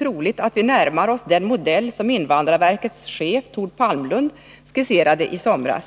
troligt att vi närmar oss den modell som invandrarverkets chef Tord Palmlund skisserade i somras.